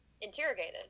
interrogated